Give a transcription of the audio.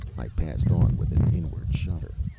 i passed on with an inward shudder.